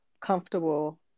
comfortable